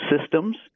systems